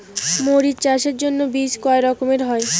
মরিচ চাষের জন্য বীজ কয় রকমের হয়?